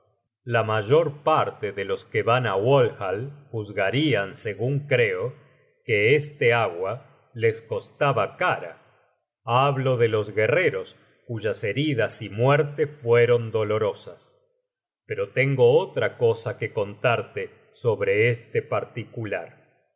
la mayor parte de los que van á walhall juzgarian segun creo que este agua les costaba cara hablo de los guerreros cuyas heridas y muerte fueron dolorosas pero tengo otra cosa que contarte sobre este particular